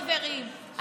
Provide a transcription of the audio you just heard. חברים,